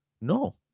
No